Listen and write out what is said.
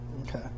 Okay